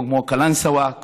כמו קלנסווה,